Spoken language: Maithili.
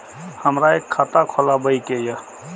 हमरा एक खाता खोलाबई के ये?